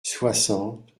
soixante